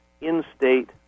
in-state